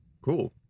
cool